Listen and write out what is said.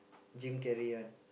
Jim-Carrey one